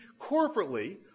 corporately